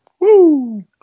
Woo